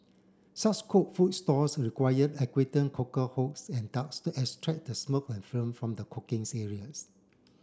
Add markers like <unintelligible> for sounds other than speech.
such cook food stalls required <unintelligible> cooker hoods and ducts to extract the smoke and <unintelligible> from the cooking's areas